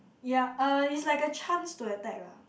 ya uh it's like a chance to attack lah